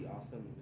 awesome